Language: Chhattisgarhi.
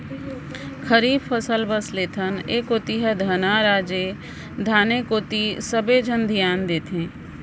खरीफ फसल बस लेथन, ए कोती ह धनहा राज ए धाने कोती सबे झन धियान देथे